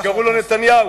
וקראו לו נתניהו,